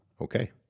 Okay